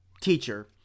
teacher